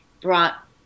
brought